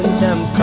gym